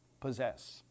possess